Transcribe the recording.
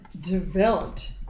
developed